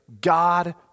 God